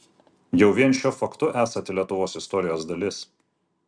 jau vien šiuo faktu esate lietuvos istorijos dalis